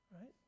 right